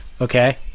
okay